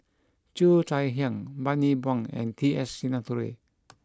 Cheo Chai Hiang Bani Buang and T S Sinnathuray